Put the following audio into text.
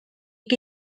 que